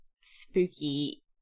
spooky